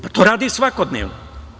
Pa, to radi svakodnevno.